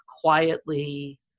quietly